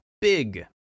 big